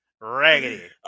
Raggedy